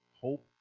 hope